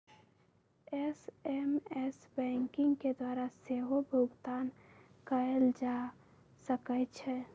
SMS banking के द्वारा सेहो भुगतान कएल जा सकै छै